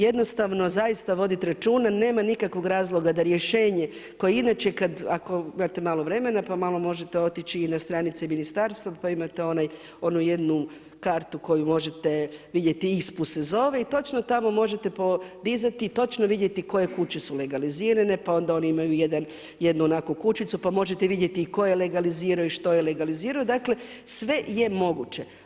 Jednostavno zaista voditi računa nema nikakvog razloga da rješenje koje inače kada ako imate malo vremena pa malo možete otići i na stranice ministarstva pa imate onu jednu kartu koju možete vidjeti ISPU se zove i točno tamo možete podizati i točno vidjeti koje kuće su legalizirane pa onda oni imaju jednu onakvu kućicu pa možete vidjeti i ko je legalizirao i što je legalizirao, dakle sve je moguće.